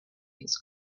his